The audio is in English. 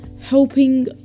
helping